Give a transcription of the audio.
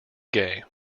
gay